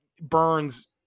Burns